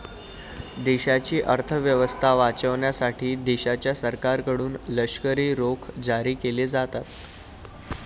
देशाची अर्थ व्यवस्था वाचवण्यासाठी देशाच्या सरकारकडून लष्करी रोखे जारी केले जातात